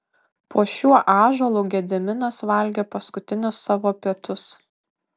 po šiuo ąžuolu gediminas valgė paskutinius savo pietus